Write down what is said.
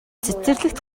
цэцэрлэгт